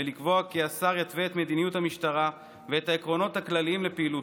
ולקבוע כי השר יתווה את מדיניות המשטרה ואת העקרונות הכלליים לפעילותה,